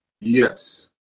Yes